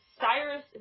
Cyrus